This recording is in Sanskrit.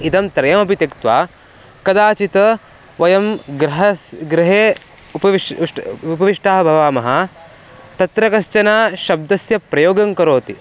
इदं त्रयमपि त्यक्त्वा कदाचित् वयं गृहे गृहे उपविश्य ष्ट् उपविष्टाः भवामः तत्र कश्चन शब्दस्य प्रयोगं करोति